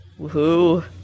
woohoo